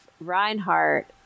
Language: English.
Reinhardt